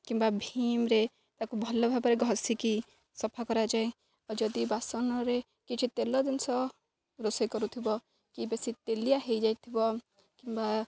କିମ୍ବା ଭୀମରେ ତାକୁ ଭଲ ଭାବରେ ଘଷିକି ସଫା କରାଯାଏ ଆଉ ଯଦି ବାସନରେ କିଛି ତେଲ ଜିନିଷ ରୋଷେଇ କରୁଥିବ କି ବେଶୀ ତେଲିଆ ହେଇଯାଇଥିବ କିମ୍ବା